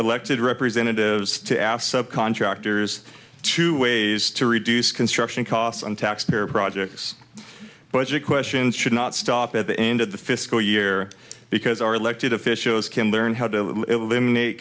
elected representatives to ask subcontractors to ways to reduce construction costs and taxpayer projects budget questions should not stop at the end of the fiscal year because our elected officials can learn how to eliminate